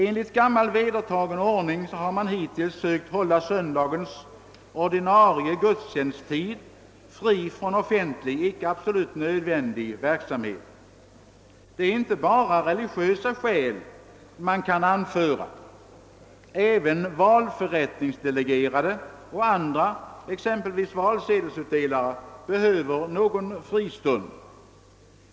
Enligt gammal vedertagen ordning har man hittills sökt hålla söndagens ordinarie gudstjänsttid fri från offentlig, icke absolut nödvändig verksamhet. Det är dock inte bara religiösa skäl man kan anföra för detta; även valförrättningsdelegerade och andra, exempelvis valsedelsutdelare, behöver någon fristund.